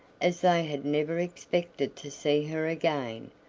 as they had never expected to see her again,